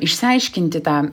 išsiaiškinti tą